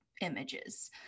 images